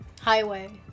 highway